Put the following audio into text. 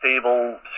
stable